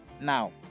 Now